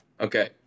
Okay